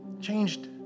changed